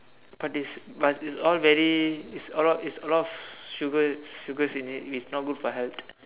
but it's but it's all very it's a lot it's a lot of sugars sugars in it which is not good for health